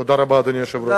תודה רבה, אדוני היושב-ראש.